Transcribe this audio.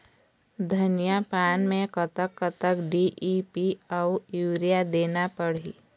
धनिया पान मे कतक कतक डी.ए.पी अऊ यूरिया देना पड़ही?